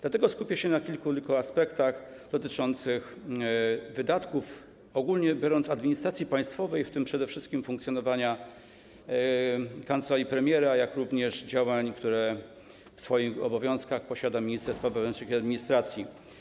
Dlatego skupię się tylko na kilku aspektach dotyczących wydatków, ogólnie biorąc, administracji państwowej, w tym przede wszystkim funkcjonowania kancelarii premiera, jak również działań, które w swoich obowiązkach posiada minister spraw wewnętrznych i administracji.